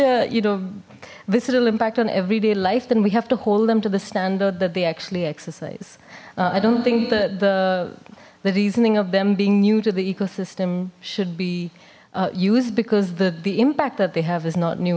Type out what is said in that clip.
know visceral impact on everyday life then we have to hold them to the standard that they actually exercise i don't think that the the reasoning of them being new to the ecosystem should be used because the the impact that they have is not new